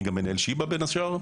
אני גם מנהל שיבא בין השאר,